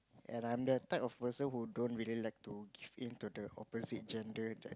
and I'm that type of person who don't really like to give in to the opposite gender that